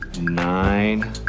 nine